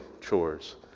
chores